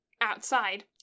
outside